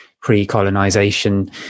pre-colonization